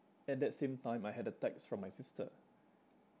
at that same time I had a text from my sister